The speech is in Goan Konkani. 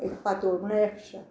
एक पातोळ्यो म्हणोन एश्ट्रा